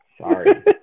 Sorry